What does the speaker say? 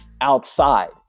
outside